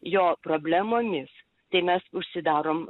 jo problemomis tai mes užsidarom